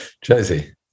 Josie